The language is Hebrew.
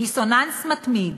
דיסוננס, מתמיד